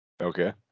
Okay